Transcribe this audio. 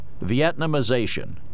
Vietnamization